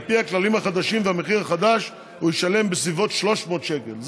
על פי הכללים החדשים במחיר החדש הוא ישלם בסביבות 300 שקל.